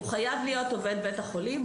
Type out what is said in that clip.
הוא חייב להיות עובד בית החולים,